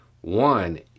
One